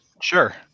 Sure